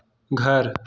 घर